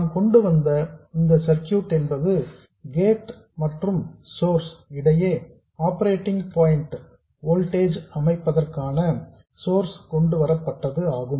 நாம் கொண்டு வந்த இந்த சர்க்யூட் என்பது கேட் மற்றும் சோர்ஸ் இடையே ஆப்பரேட்டிங் பாயின்ட் வோல்டேஜ் அமைப்பதற்கான சோர்ஸ் கொண்டுவரப்பட்டது ஆகும்